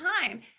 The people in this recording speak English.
time